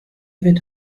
wird